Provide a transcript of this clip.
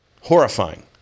horrifying